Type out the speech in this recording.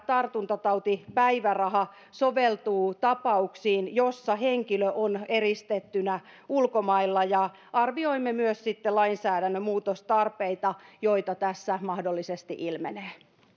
tartuntatautipäiväraha soveltuu tapauksiin joissa henkilö on eristettynä ulkomailla ja arvioimme myös lainsäädännön muutostarpeita joita tässä mahdollisesti ilmenee